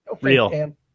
Real